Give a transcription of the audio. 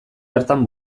hartan